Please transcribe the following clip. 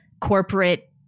corporate